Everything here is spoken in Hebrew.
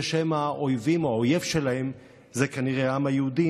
זה שהאויב שלהם זה כנראה העם היהודי,